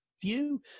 view